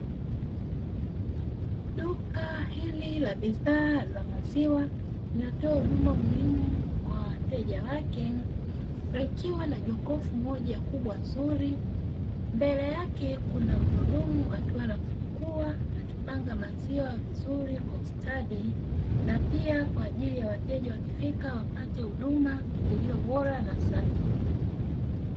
Duka hili la bidhaa za maziwa linatoa huduma muhimu kwa wateja wake, likiwa na jokofu moja kubwa zuri. Mbele yake kuna mhudumu akiwa anafungua na kupanga maziwa vizuri kwa ustadi, na pia wateja wakifika wapate huduma iliyo bora na safi.